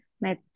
met